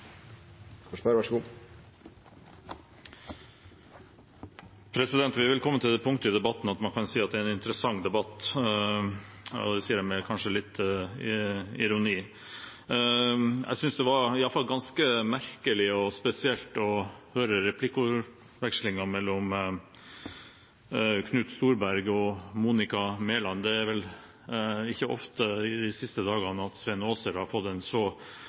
en interessant debatt – det sier jeg kanskje med litt ironi. Jeg synes i alle fall det var ganske merkelig og spesielt å høre replikkvekslingen mellom Knut Storberget og Monica Mæland. Det er ikke så ofte de siste dagene at Svein Aaser har fått en så